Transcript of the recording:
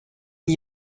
n’y